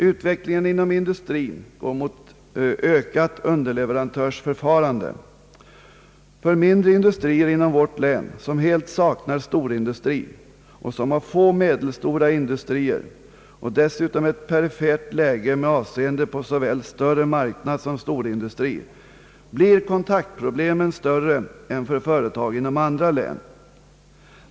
Utvecklingen inom industrin går mot ökat underleverantörsförfarande. För mindre industrier inom vårt län, som helt saknar storindustri och som har få medelstora industrier och dessutom ett perifert läge med avseende på såväl större marknad som storindustri, blir kontaktproblemen större än för företag inom andra län.